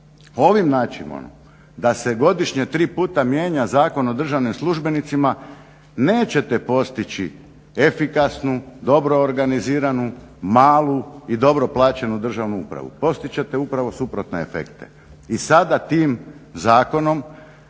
Ovim načinom da se godišnje tri puta mijenja Zakon o državnim službenicima nećete postići efikasnu, dobro organiziranu, malu i dobro plaćenu državnu upravu. Postići ćete upravo suprotne efekte. I sada tim zakonom